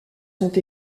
sont